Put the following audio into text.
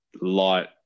light